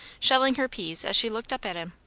shelling her peas as she looked up at him.